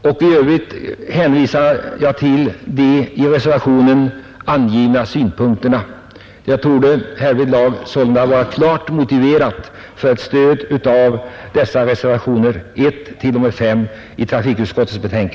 I övrigt hänvisar jag till de i reservationerna anförda synpunkterna, som klart torde motivera reservationerna.